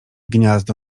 gniazdo